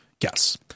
yes